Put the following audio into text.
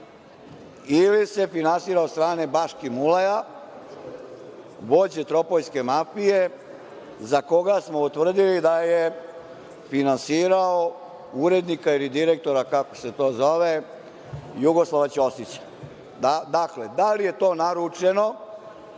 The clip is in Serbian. ili se finansira od strane Baškim Ulaja, vođe tropoljske mafije, za koga smo utvrdili da je finansirao urednika ili direktora, kako se to zove, Jugoslava Ćosića? Dakle, da li je to naručeno,